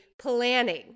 planning